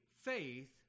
faith